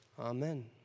Amen